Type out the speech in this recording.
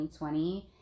2020